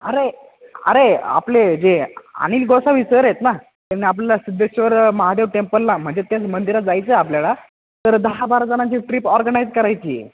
अरे अरे आपले जे अनिल गोसावी सर आहेत ना त्यांनी आपल्याला सिद्धेश्वर महादेव टेम्पलला म्हणजे त्यांचं मंदिरात जायचं आहे आपल्याला तर दहा बारा जणांची ट्रीप ऑर्गनाईज करायची आहे